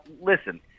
listen